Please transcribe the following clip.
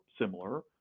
similar